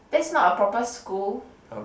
that's not a proper school